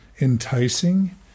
enticing